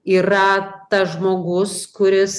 yra tas žmogus kuris